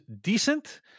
decent